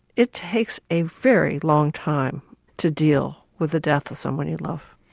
it takes a very long time to deal with the death of somebody you love.